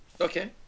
Okay